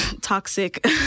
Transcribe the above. toxic